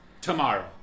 tomorrow